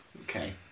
okay